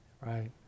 Right